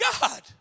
God